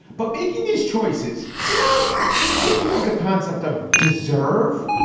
but making these choices without thinking of the concept of deserve.